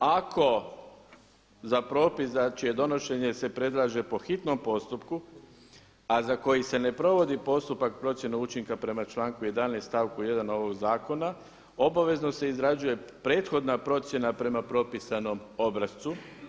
Ako za propis za čije donošenje se predlaže po hitnom postupku a za koji se ne provodi postupak procjene učinka prema članku 11. stavku 1. ovog zakona obavezno se izrađuje prethodna procjena prema propisanom obrascu.